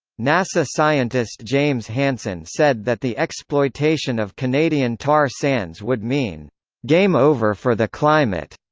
nasa scientist james hansen said that the exploitation of canadian tar sands would mean game over for the climate.